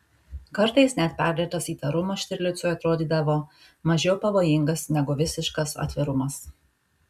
kartais net perdėtas įtarumas štirlicui atrodydavo mažiau pavojingas negu visiškas atvirumas